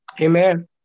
Amen